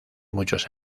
muchos